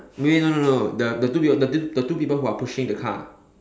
wait no no no the the two people the two people the two people who are pushing the car